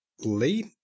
late